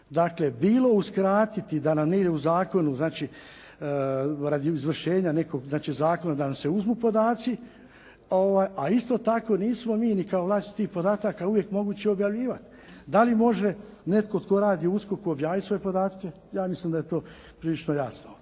dakle bilo uskratiti da nam negdje u zakonu, radi izvršenja nekog zakona da nam se uzmu podaci, a isto tako nismo mi ni kao vlasnici tih podataka uvijek moguće objavljivati. Dali može netko tko radi u USKOK-u objaviti svoje podatke? Ja mislim da je to prilično jasno.